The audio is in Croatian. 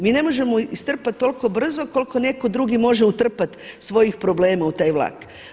Mi ne možemo istrpati toliko brzo koliko netko drugi može utrpati svojih problema u taj vlak.